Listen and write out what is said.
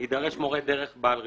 מורה דרך בעל רישיון.